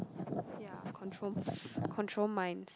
ya control control minds